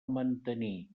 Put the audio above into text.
mantenir